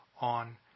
on